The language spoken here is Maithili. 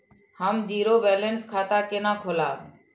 हम जीरो बैलेंस खाता केना खोलाब?